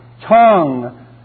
tongue